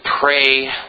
pray